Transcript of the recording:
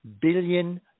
billion